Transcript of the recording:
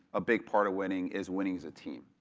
a big part of winning is winning as a team,